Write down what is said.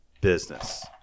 business